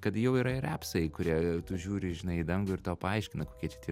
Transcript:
kad jau yra ir epsai kurie žiūri žinai į dangų ir tau paaiškina kokie čia tie